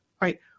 right